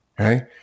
Okay